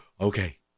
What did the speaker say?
Okay